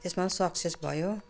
त्यसमा सक्सेस भयो